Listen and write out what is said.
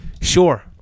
sure